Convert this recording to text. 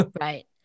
Right